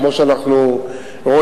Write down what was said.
כפי שאנו רואים,